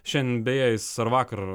šiandien beje jis ar vakar